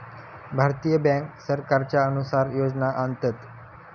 भारतीय बॅन्क सरकारच्या अनुसार योजना आणतत